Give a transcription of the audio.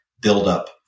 buildup